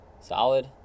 solid